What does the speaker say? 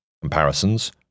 Comparisons